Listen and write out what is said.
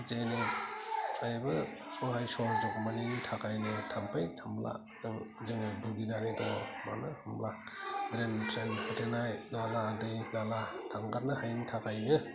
जेनिफ्रायबो सहाय सहजुग मोनैनि थाखायनो थाम्फै थाम्लाजों जों भुगिनानै दङ मानो होमब्ला ड्रेन ट्रेन होथेनाय नाला दै नाला थांगारनो हायैनि थाखायनो